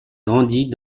grandit